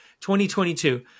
2022